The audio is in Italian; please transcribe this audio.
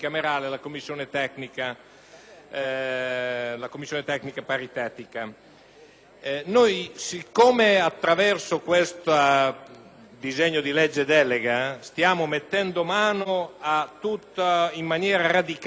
Poiché attraverso questo disegno di legge delega stiamo mettendo mano in maniera radicale e sostanziale a tutti i meccanismi di spesa pubblica,